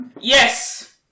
Yes